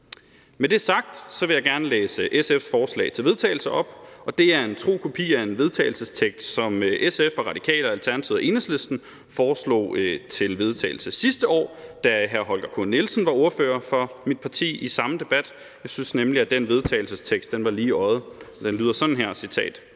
Med det sagt vil jeg gerne læse SF's forslag til vedtagelse op, og det er en tro kopi af det forslag til vedtagelse, som SF, Radikale, Alternativet og Enhedslisten kom med sidste år, da hr. Holger K. Nielsen var ordfører for mit parti i samme debat. Jeg synes nemlig, at det forslag til vedtagelse var lige i øjet. Det lyder sådan her: